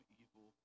evil